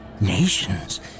Nations